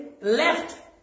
left